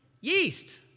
Yeast